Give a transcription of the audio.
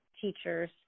teachers